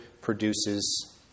produces